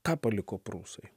ką paliko prūsai